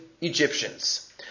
Egyptians